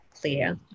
clear